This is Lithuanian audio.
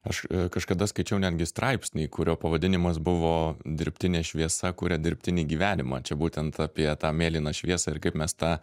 aš a kažkada skaičiau netgi straipsnį kurio pavadinimas buvo dirbtinė šviesa kuria dirbtinį gyvenimą čia būtent apie tą mėlyną šviesą ir kaip mes tą